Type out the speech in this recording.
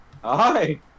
hi